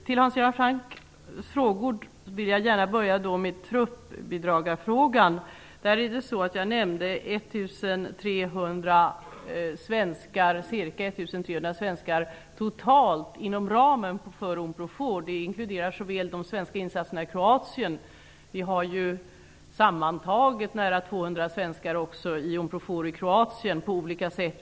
Fru talman! Jag vill gärna börja med Hans Görans Francks fråga om truppbidrag. Jag nämnde ca 1 300 svenskar totalt inom ramen för Unprofor. Det inkluderar även de svenska insatserna i Kroatien. Vi har sammantaget 200 svenskar i Kroatien via Unprofor på olika sätt.